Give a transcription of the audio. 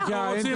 אז אי-אפשר.